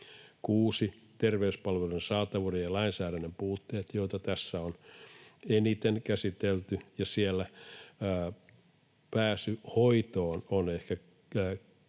6) Terveyspalvelujen saatavuuden ja lainsäädännön puutteet, joita tässä on eniten käsitelty. Siellä pääsy hoitoon on ehkä